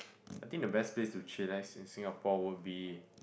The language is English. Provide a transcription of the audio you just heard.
I think the best place to chillax in Singapore will be